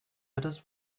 others